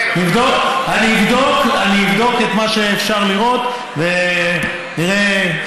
כן, אבל, אני אבדוק את מה שאפשר לעשות, ונראה.